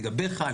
לגביך,